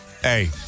Hey